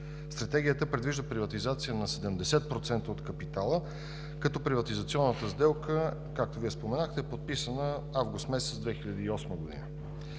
Стратегията предвижда приватизация на 70% от капитала, като приватизационната сделка, както Вие споменахте, е подписана през месец август